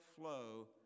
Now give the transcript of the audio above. flow